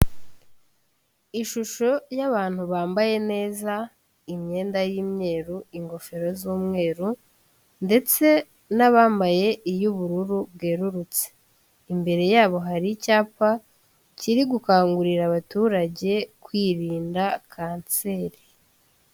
Ishusho y'abantu bambaye neza imyenda y'imweru, ingofero z'umweru ndetse n'abambaye iy'ubururu bwererutse, imbere yabo hari icyapa kiri gukangurira abaturage kwirinda kanseri.